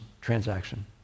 transaction